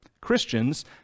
Christians